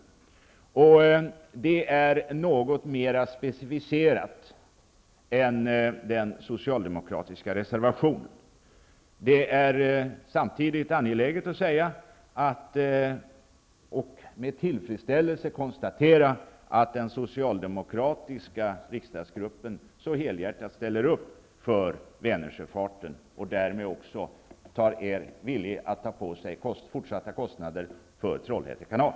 Det är något mer specificerat än vad som sägs i den socialdemokratiska reservationen. Det är samtidigt angeläget att konstatera, att den socialdemokratiska riksdagsgruppen helhjärtat ställer upp för Vänersjöfarten och därmed också är villig att ta på sig fortsatta kostnader för Trollhätte kanal.